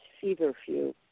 feverfew